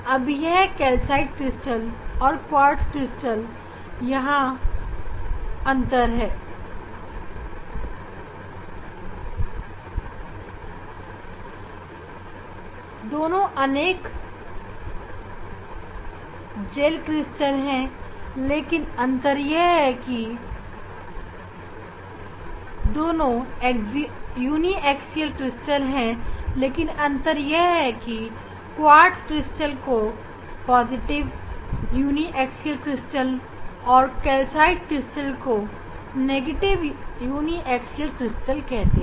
अब यह calcite crystal और क्वार्ट्ज क्रिस्टल मैं मिलने वाला एक खास अंतर है कि हालांकि दोनों यूनीएक्सल क्रिस्टल हैं लेकिन क्वार्ट्ज क्रिस्टल को पॉजिटिव यूनीएक्सल क्रिस्टल और कैल्साइट क्रिस्टल को नेगेटिव यूनीएक्सल क्रिस्टल कहते हैं